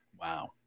Wow